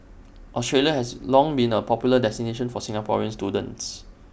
Australia has long been A popular destination for Singaporean students